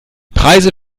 preise